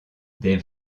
des